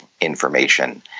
information